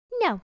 no